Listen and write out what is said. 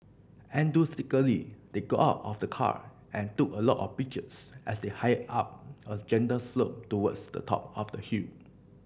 they got out of the car and took a lot of pictures as they hiked up a gentle slope towards the top of the hill